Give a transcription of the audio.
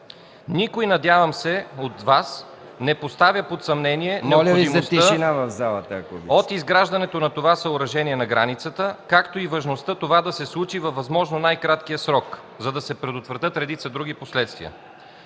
Надявам се, никой от Вас не поставя под съмнение необходимостта от изграждането на това съоръжение на границата, както и важността това да се случи във възможно най-краткия срок, за да се предотвратят редица други последствия.